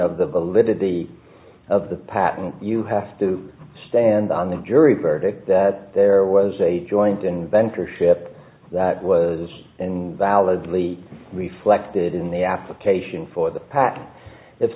of the validity of the patent you have to stand on the jury verdict that there was a joint inventor ship that was in validly reflected in the application for the patent if